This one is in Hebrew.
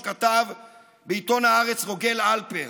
שכתב בעיתון הארץ רוגל אלפר,